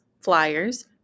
flyers